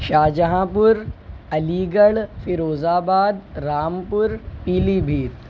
شاہ جہاں پور علی گڑھ فیروزآباد رامپور پیلی بھیت